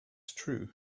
true